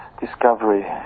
discovery